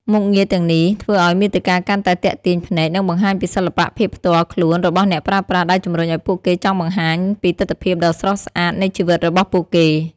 មុខងារទាំងនេះធ្វើឱ្យមាតិកាកាន់តែទាក់ទាញភ្នែក និងបង្ហាញពីសិល្បៈភាពផ្ទាល់ខ្លួនរបស់អ្នកប្រើប្រាស់ ដែលជំរុញឱ្យពួកគេចង់បង្ហាញពីទិដ្ឋភាពដ៏ស្រស់ស្អាតនៃជីវិតរបស់ពួកគេ។